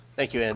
thank you, ann.